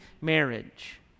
marriage